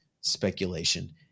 speculation